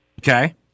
Okay